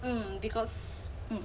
mm because mm